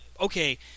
okay